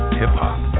hip-hop